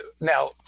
Now